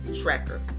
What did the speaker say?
tracker